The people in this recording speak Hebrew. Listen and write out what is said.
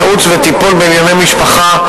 ייעוץ וטיפול בענייני משפחה,